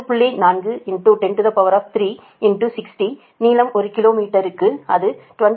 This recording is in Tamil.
4 10 3 60 நீளம் ஒரு கிலோ மீட்டருக்கு அது 26